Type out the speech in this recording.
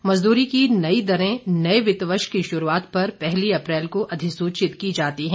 मजदूरी की नई दरें नए वित्त वर्ष की शुरूआत पर पहली अप्रैल को अधिसूचित की जाती हैं